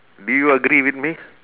do you agree with me